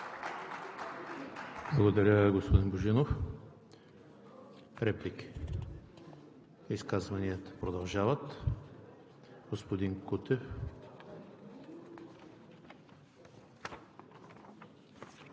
Благодаря, господин Божинов. Реплики? Няма. Изказванията продължават. Господин Кутев.